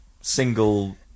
single